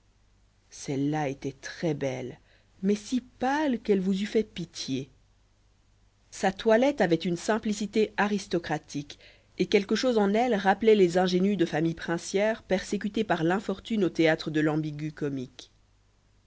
celle-là était très belle mais si pâle qu'elle vous eut fait pitié sa toilette avait une simplicité aristocratique et quelque chose en elle rappelait les ingénues de familles princières persécutées par l'infortune au théâtre de